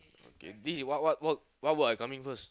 okay this is what what work what work I coming first